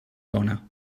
dóna